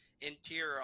interior